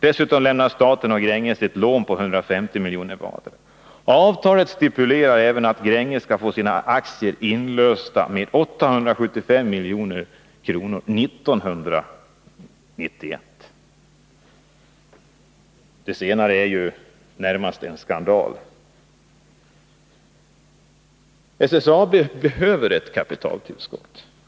Dessutom lämnar staten och Gränges ett lån på 150 milj.kr. vardera. Avtalet stipulerar även att Gränges skall få sina aktier inlösta med 875 milj.kr. 1991. Det senare är ju Nr 48 närmast en skandal. Torsdagen den SSAB behöver ett kapitaltillskott.